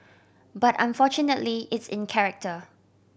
but unfortunately it's in character